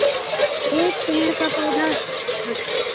एक पेड़ का पौधा